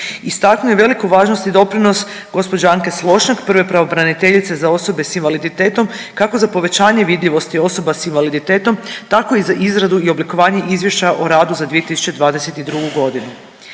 Istaknuo je veliku važnost i doprinos gospođe Anke Slonjšak prve pravobraniteljice za osobe sa invaliditetom kako za povećanje vidljivosti osoba sa invaliditetom, tako i za izradu i oblikovanje Izvješća o radu za 2022. godinu.